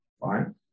Fine